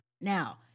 Now